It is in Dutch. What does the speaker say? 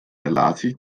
relatie